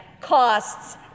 costs